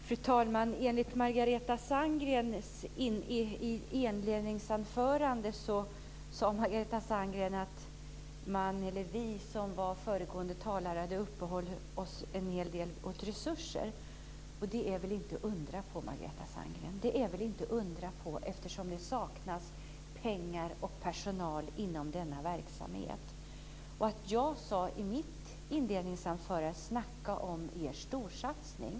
Fru talman! Enligt Margareta Sandgrens inledningsanförande hade vi föregående talare uppehållit oss en hel del vid resurser. Och det är väl inte att undra på, Margareta Sandgren! Det är väl inte att undra på, eftersom det saknas pengar och personal inom verksamheten. I mitt inledningsanförande sade jag: Snacka om er storsatsning!